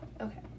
okay